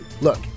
Look